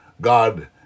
God